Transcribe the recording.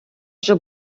вже